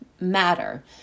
matter